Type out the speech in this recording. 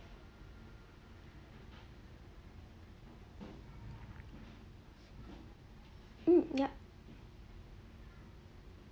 hmm yup